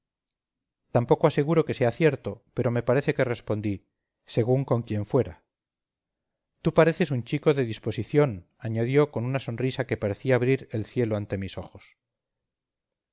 tampoco aseguro que sea cierto pero me parece que respondí según con quien fuera tú pareces un chico de disposición añadió con una sonrisa que parecía abrir el cielo ante mis ojos